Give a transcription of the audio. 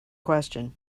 question